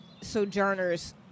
Sojourner's